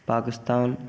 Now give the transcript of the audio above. Pakistan